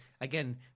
again